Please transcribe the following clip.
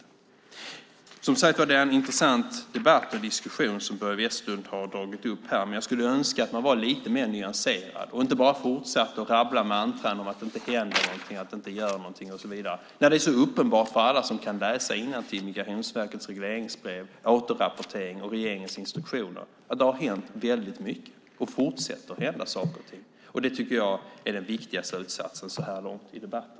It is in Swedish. Det är, som sagt, en intressant debatt och diskussion som Börje Vestlund har dragit upp här, men jag skulle önska att man var lite mer nyanserad och inte som ett mantra fortsatte att upprepa att det inte händer någonting, att det inte görs någonting och så vidare. Det är uppenbart för alla som kan läsa innantill att det i Migrationsverkets regleringsbrev och återrapportering samt i regeringens instruktioner framgår att det hänt väldigt mycket, och det fortsätter att hända saker och ting. Det tycker jag är den viktiga slutsatsen så här långt i debatten.